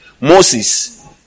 Moses